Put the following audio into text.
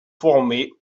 formées